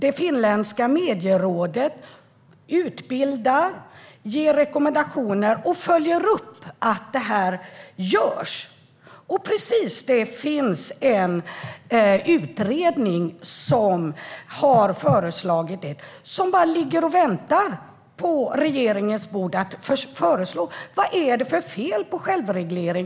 Det finländska medierådet utbildar, ger rekommendationer och följer upp att detta görs. Det finns en utredning som har föreslagit precis detta. Denna utredning ligger på regeringens bord i väntan på att man ska komma med förslag. Vad är det för fel på självreglering?